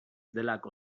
delako